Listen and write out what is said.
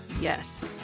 Yes